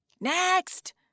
Next